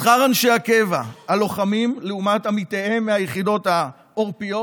שכר אנשי הקבע הלוחמים ושל עמיתיהם מהיחידות העורפיות